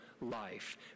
life